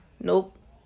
Nope